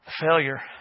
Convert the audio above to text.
failure